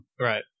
Right